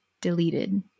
deleted